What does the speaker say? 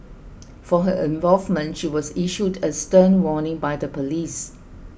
for her involvement she was issued a stern warning by the police